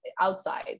outside